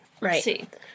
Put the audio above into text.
Right